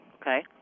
Okay